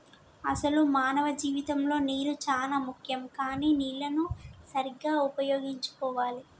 అసలు మానవ జీవితంలో నీరు చానా ముఖ్యం కానీ నీళ్లన్ను సరీగ్గా ఉపయోగించుకోవాలి